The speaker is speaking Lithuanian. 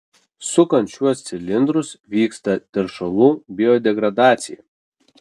sukant šiuos cilindrus vyksta teršalų biodegradacija